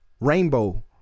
rainbow